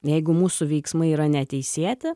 jeigu mūsų veiksmai yra neteisėti